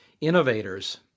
innovators